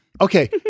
Okay